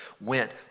went